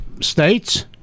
states